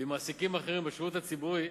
ועם מעסיקים אחרים בשירות הציבורי,